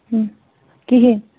کِہیٖنۍ